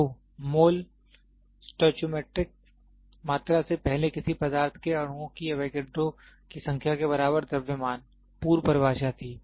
तो mole stoichiometric मात्रा से पहले किसी पदार्थ के अणुओं की एवोगेड्रो की संख्या के बराबर द्रव्यमान पूर्व परिभाषा थी